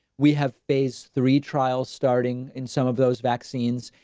we have phase three trials starting in some of those vaccines.